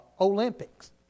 Olympics